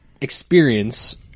experience